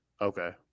Okay